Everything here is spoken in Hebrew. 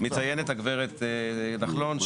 מציינת הגברת נחלון,